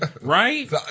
right